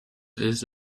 his